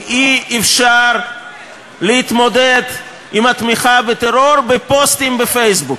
כי אי-אפשר להתמודד עם התמיכה בטרור בפוסטים בפייסבוק.